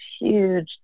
huge